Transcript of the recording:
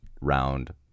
round